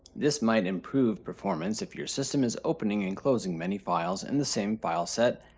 this might improve performance if your system is opening and closing many files in the same file set,